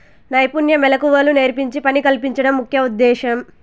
నైపుణ్య మెళకువలు నేర్పించి పని కల్పించడం ముఖ్య ఉద్దేశ్యం